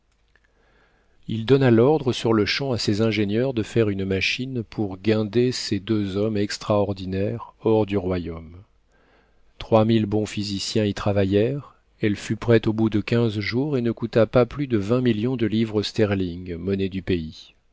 il donna l'ordre sur-le-champ à ses ingénieurs de faire une machine pour guinder ces deux hommes extraordinaires hors du royaume trois mille bons physiciens y travaillèrent elle fut prête au bout de quinze jours et ne coûta pas plus de vingt millions de livres sterling monnaie du pays